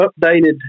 updated –